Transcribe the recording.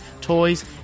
toys